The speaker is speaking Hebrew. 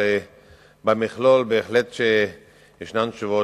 אבל במכלול בהחלט יש תשובות,